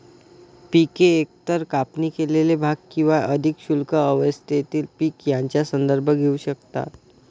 पिके एकतर कापणी केलेले भाग किंवा अधिक शुद्ध अवस्थेतील पीक यांचा संदर्भ घेऊ शकतात